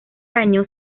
año